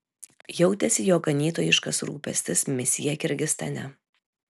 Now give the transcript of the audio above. jautėsi jo ganytojiškas rūpestis misija kirgizstane